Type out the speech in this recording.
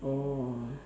oh